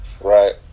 right